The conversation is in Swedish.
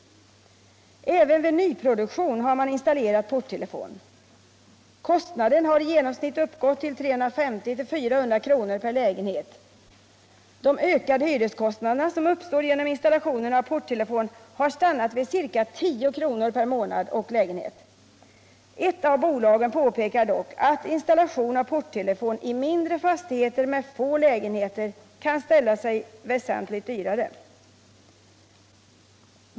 Även vid nyproduktion har man installerat porttelefon. Kostnaden har i genomsnitt uppgått till 350-400 kr. per lägenhet. De ökade hyreskostnaderna som uppstår genom installation av porttelefon har stannat vid ca 10 kr. per månad och lägenhet. Ett av bolagen påpekar dock att in stallation av porttelefon i mindre fastigheter med få lägenheter kan ställa sig väsentligt dyrare.